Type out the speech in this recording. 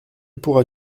pourras